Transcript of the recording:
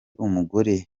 umugore